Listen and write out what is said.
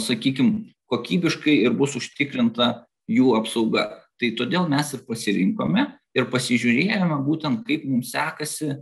sakykim kokybiškai ir bus užtikrinta jų apsauga tai todėl mes ir pasirinkome ir pasižiūrėjome būtent kaip mums sekasi